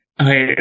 okay